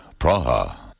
Praha